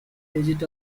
digit